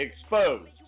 exposed